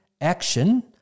action